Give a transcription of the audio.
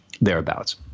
thereabouts